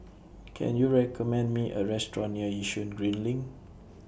Can YOU recommend Me A Restaurant near Yishun Green LINK